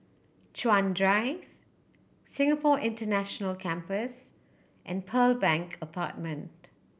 Chuan Drive Singapore International Campus and Pearl Bank Apartment